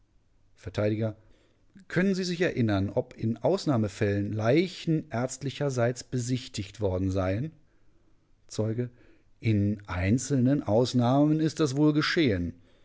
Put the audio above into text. vert können sie sich erinnern ob in ausnahmefällen leichen ärztlicherseits besichtigt worden seien zeuge in einzelnen ausnahmen ist das wohl geschehen